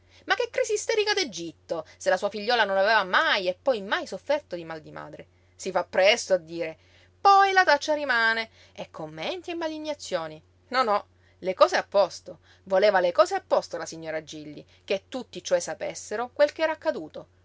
ma che crisi isterica d'egitto se la sua figliuola non aveva mai e poi mai sofferto di mal di madre si fa presto a dire poi la taccia rimane e commenti e malignazioni no no le cose a posto voleva le cose a posto la signora gilli che tutti cioè sapessero quel che era accaduto